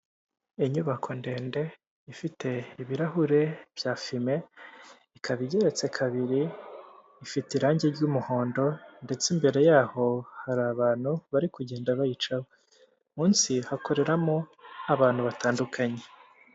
Inyubako ndende ifite ibirahure bya fime ikaba igeretse kabiri, ifite irangi ry'umuhondo ndetse imbere y'aho hari abantu bari kugenda bayicaho, munsi hakoreramo abantu batandukanye.